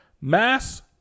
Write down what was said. Mass